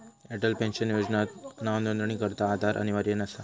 Atal pension योजनात नावनोंदणीकरता आधार अनिवार्य नसा